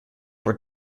were